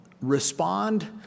Respond